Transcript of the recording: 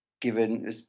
given